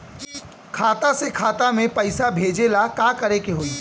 खाता से खाता मे पैसा भेजे ला का करे के होई?